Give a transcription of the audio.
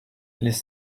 les